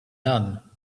none